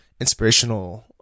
inspirational